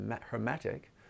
hermetic